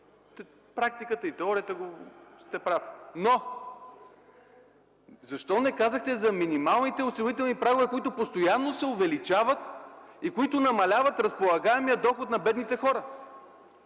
Практиката и теорията – прав сте, но защо не казахте за минималните осигурителни прагове, които постоянно се увеличават и намаляват разполагаемия доход на бедните хора?